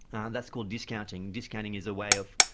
and that's called discounting. discounting is a way of,